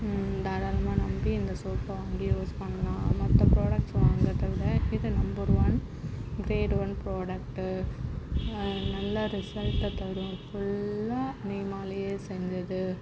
தாராளமாக நம்பி இந்த சோப்பை வாங்கி யூஸ் பண்ணலாம் மற்ற ப்ராடக்ட்ஸ்ஸை வாங்கிறத விட இது number one grade one product இது நல்லா ரிசல்ட்டை தரும் ஃபுல்லாக நீம்மாலே செஞ்சது